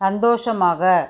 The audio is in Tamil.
சந்தோஷமாக